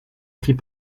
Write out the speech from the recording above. prit